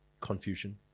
confusion